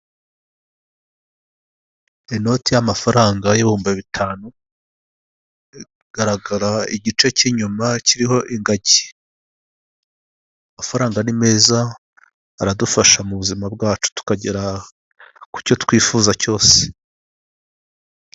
inote y'amafaranga y'ibihumbi bitanu , igaragara igice cyinyuma kiriho ingagi, amafaranga nimeza aradufasha mubuzima bwacu tukagera kucyo twifuza cyose.